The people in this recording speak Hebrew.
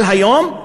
אבל היום,